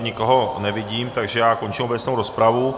Nikoho nevidím, takže já končím obecnou rozpravu.